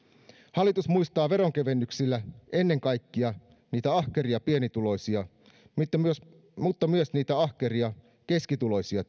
hallitus muistaa veronkevennyksillä ennen kaikkea niitä ahkeria pienituloisia mutta myös niitä ahkeria keskituloisia